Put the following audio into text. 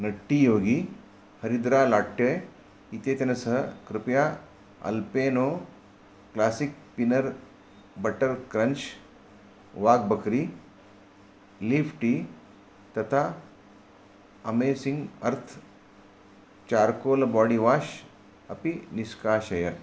Nutty Yogi हरिद्रा latte इत्येतन सह कृपया Alpino classic peanut butter crunch Wagh Bakri leaf tea तथा amazing earth charcoal body wash अपि निष्काशय